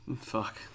Fuck